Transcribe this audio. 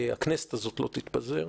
שהכנסת הזאת לא תתפזר.